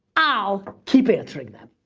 i'll keep answering them.